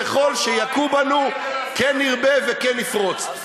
ככל שיכו בנו כן נרבה וכן נפרוץ.